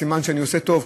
סימן שאני עושה טוב,